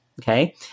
okay